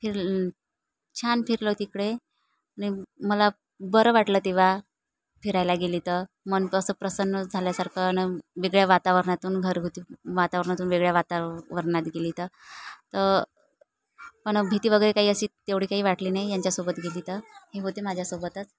फिर छान फिरलो तिकडे आणि मला बरं वाटलं तेव्हा फिरायला गेली तर मन पण असं प्रसन्न झाल्यासारखं आणि वेगळ्या वातावरणातून घरगुती वातावरणातून वेगळ्या वातावरणात गेली तर तर पण भीती वगैरे काही अशी तेवढी काही वाटली नाही यांच्यासोबत गेली तर हे होते माझ्यासोबतच